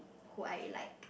who I like